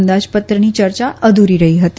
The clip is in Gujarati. અંદાજપત્રની ચર્ચા અધુરી રહી હતી